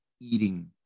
eating